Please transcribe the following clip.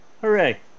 hooray